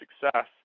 success